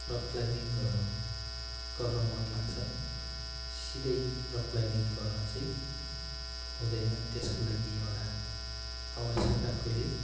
rock क्लाइम्बिङहरू गर्न मन लाग्छ सिधै रक क्लाइम्बिङ गर्न चाहिँ हुँदैन त्यसको लागि एउटा आवश्यक आफूले